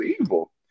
evil